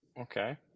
Okay